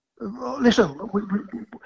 Listen